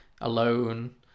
alone